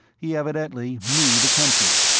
he evidently knew the country.